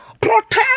protect